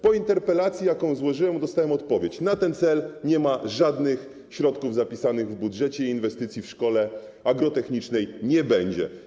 Po interpelacji, jaką złożyłem, dostałem odpowiedź: na ten cel nie ma żadnych środków zapisanych w budżecie, inwestycji w szkole agrotechnicznej nie będzie.